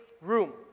room